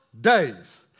days